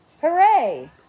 Hooray